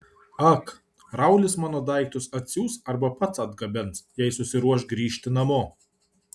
ak raulis mano daiktus atsiųs arba pats atgabens jei susiruoš grįžti namo